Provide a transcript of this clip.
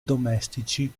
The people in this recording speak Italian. domestici